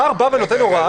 השר נותן הוראה.